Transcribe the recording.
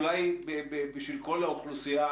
אולי בשביל כל האוכלוסייה,